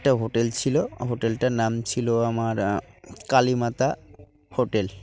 একটা হোটেল ছিল হোটেলটার নাম ছিল আমার কালীমাতা হোটেল